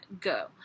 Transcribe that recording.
go